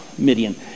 Midian